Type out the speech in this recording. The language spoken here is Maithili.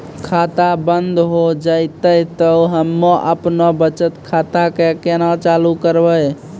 खाता बंद हो जैतै तऽ हम्मे आपनौ बचत खाता कऽ केना चालू करवै?